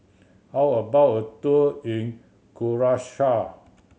how about a tour in Curacao